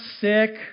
sick